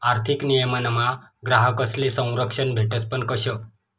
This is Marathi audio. आर्थिक नियमनमा ग्राहकस्ले संरक्षण भेटस पण कशं